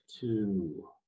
two